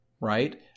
right